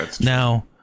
Now